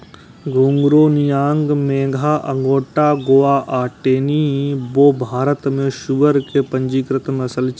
घूंघरू, नियांग मेघा, अगोंडा गोवा आ टेनी वो भारत मे सुअर के पंजीकृत नस्ल छियै